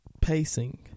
pacing